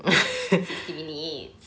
sixty minutes